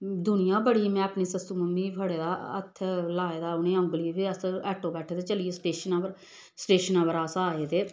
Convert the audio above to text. दुनिया बड़ी में अपनी सस्सू मम्मी गी फड़े दा हत्थ लाए दा उ'नें औंगल अस आटो बैठे ते चली गे स्टेशन पर स्टेशनै उप्पर अस आए ते